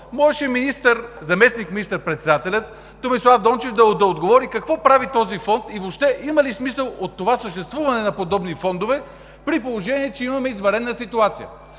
можеше заместник министър-председателят Томислав Дончев да отговори какво прави този фонд и въобще има ли смисъл от съществуването на подобни фондове, при положение че имаме извънредна ситуация.